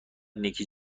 نیکی